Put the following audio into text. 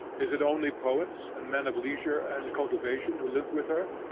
is it only poets, and men of leisure and cultivation, who live with her?